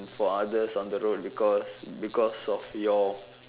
for others on the road because because of your